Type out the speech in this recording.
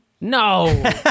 No